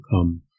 come